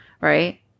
right